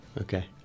Okay